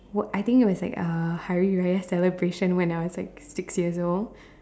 what I think it was like uh Hari-Raya celebration when I was like six years old